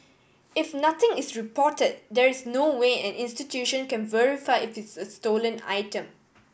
if nothing is report there is no way an institution can verify if it is a stolen item